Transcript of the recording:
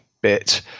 bit